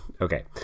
Okay